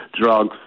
drugs